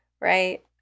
Right